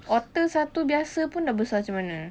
otter satu biasa pun dah besar macam mana